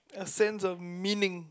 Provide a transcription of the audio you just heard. a sense of meaning